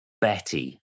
Betty